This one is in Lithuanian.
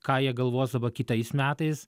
ką jie galvos dabar kitais metais